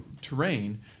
terrain